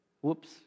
Whoops